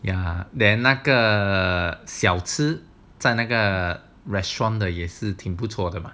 ya then 那个小吃在那个 restaurant 的也是挺不错的嘛